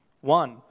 One